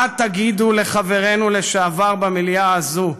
מה תגידו לחברנו לשעבר במליאה הזו,